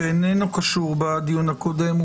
שאיננו קשור בדיון הקודם,